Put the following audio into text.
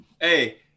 Hey